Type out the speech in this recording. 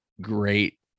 great